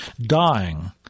dying